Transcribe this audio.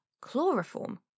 Chloroform